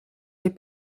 les